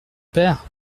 père